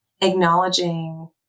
acknowledging